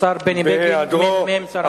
השר בני בגין, מ"מ שר המשפטים.